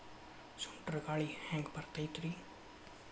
ಸುಂಟರ್ ಗಾಳಿ ಹ್ಯಾಂಗ್ ಬರ್ತೈತ್ರಿ?